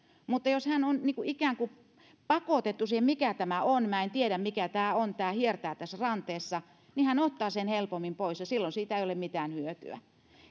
mutta jos hän on ikään kuin pakotettu siihen mikä tämä on mä en tiedä mikä tämä on tämä hiertää tässä ranteessa niin hän ottaa sen helpommin pois ja silloin siitä ei ole mitään hyötyä